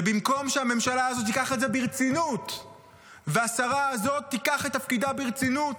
ובמקום שהממשלה תיקח את זה ברצינות והשרה הזאת תיקח את תפקידה ברצינות,